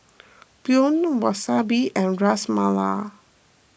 Pho Wasabi and Ras Malai